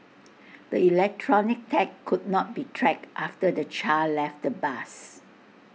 the electronic tag could not be tracked after the child left the bus